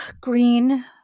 green